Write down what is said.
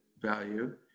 value